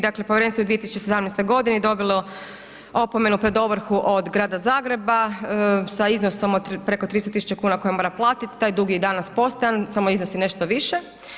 Dakle, povjerenstvo je 2017. godine dobilo opomenu pred ovrhu od Grada Zagreba, sa iznosom od preko 300.000 kuna koje mora platiti, taj dug je i danas postojan samo iznosi nešto više.